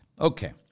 okay